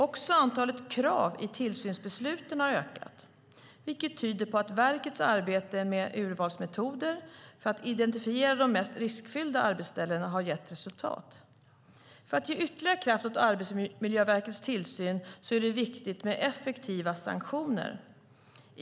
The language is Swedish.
Också antalet krav i tillsynsbesluten har ökat, vilket tyder på att verkets arbete med urvalsmetoder för att identifiera de mest riskfyllda arbetsställena har gett resultat. För att ge ytterligare kraft åt Arbetsmiljöverkets tillsyn är det viktigt med effektiva sanktioner.